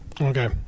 Okay